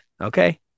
okay